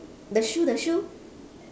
the shoe the shoe